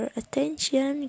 attention